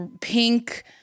pink